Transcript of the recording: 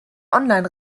online